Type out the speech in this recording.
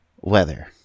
weather